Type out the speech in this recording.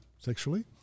sexually